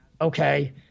okay